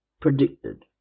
Predicted